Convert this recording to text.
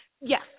Yes